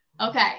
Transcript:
Okay